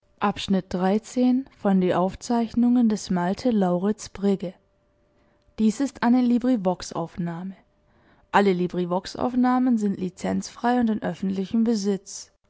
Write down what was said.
da sind die wie